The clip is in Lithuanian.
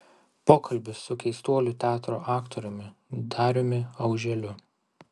pokalbis su keistuolių teatro aktoriumi dariumi auželiu